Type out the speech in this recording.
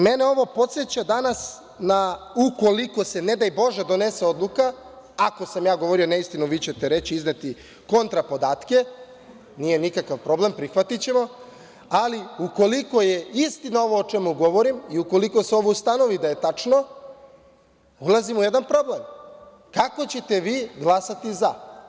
Mene ovo podseća danas, ukoliko se ne daj Bože donese odluka, ako sam govorio neistinu, vi ćete reći, izneti kontra podatke, nije nikakav problem, prihvatićemo, ali ukoliko je istina ovo o čemu ja govorim i ukoliko se ustanovi kao tačno, ulazimo u jedan problem – kako ćete vi glasati za?